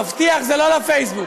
מבטיח, זה לא לפייסבוק.